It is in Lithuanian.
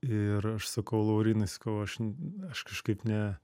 ir aš sakau laurynai sakau aš n aš kažkaip ne